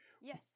Yes